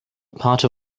part